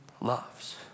loves